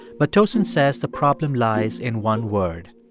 but tosin says the problem lies in one word,